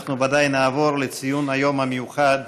אנחנו נעבור לציון היום המיוחד,